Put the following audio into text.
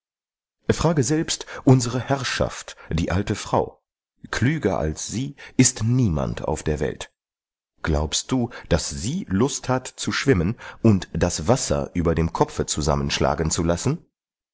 frage selbst unsere herrschaft die alte frau klüger als sie ist niemand auf der welt glaubst du daß sie lust hat zu schwimmen und das wasser über dem kopfe zusammenschlagen zu lassen